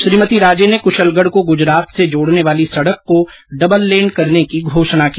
श्रीमती राजे ने कुशलगढ को गुजरात से जोड़ने वाली सड़क को डबल लेन करने की घोषणा की